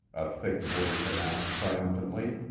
a thick voice announced triumphantly,